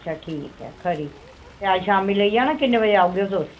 अच्छा ठीक ऐ खरी ते अज्ज शामी लेई जाना किन्ने बजे आह्गेओ तुस